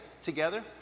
together